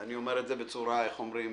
אני אומר את זה בצורה עדינה,